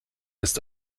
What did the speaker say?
ist